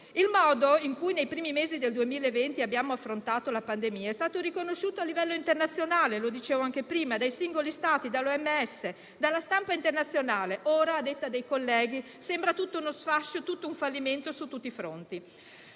Il modo in cui nei primi mesi del 2020 abbiamo affrontato la pandemia è stato riconosciuto a livello internazionale - lo dicevo anche prima - dai singoli Stati, dall'OMS, dalla stampa internazionale. Ora, a detta dei colleghi, sembra tutto uno sfascio, tutto un fallimento, su tutti i fronti.